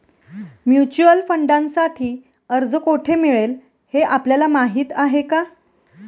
Mutual फंडांसाठी अर्ज कोठे मिळेल हे आपल्याला माहीत आहे का?